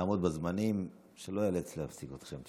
לעמוד בזמנים, שלא איאלץ להפסיק אתכם.